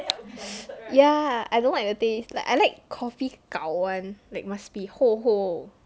ya I don't like the taste like I like coffee gao one like must be 厚厚